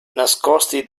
nascosti